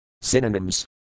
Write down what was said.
Synonyms